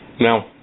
Now